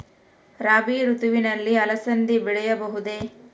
ರಾಭಿ ಋತುವಿನಲ್ಲಿ ಅಲಸಂದಿ ಬೆಳೆಯಬಹುದೆ?